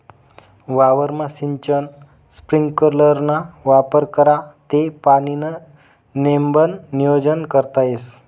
वावरमा सिंचन स्प्रिंकलरना वापर करा ते पाणीनं नेमबन नियोजन करता येस